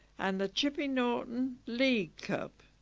and the chipping norton league cup